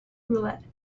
roulette